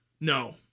No